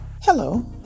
Hello